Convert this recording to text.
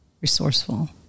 resourceful